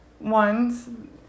ones